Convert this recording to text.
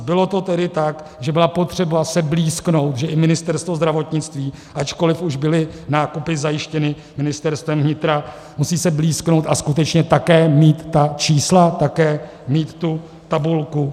Bylo to tedy tak, že byla potřeba se blýsknout, že i Ministerstvo zdravotnictví, ačkoliv už byly nákupy zajištěny Ministerstvem vnitra, se musí blýsknout a skutečně také mít ta čísla, také mít tu tabulku?